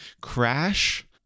crash